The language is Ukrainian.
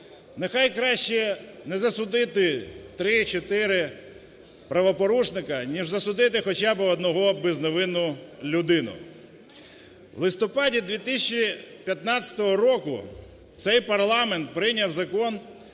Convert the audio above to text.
нехай краще не засудити 3-4 правопорушника, ніж засудити хоча би одну безневинну людину. У листопаді 2015 року цей парламент прийняв закон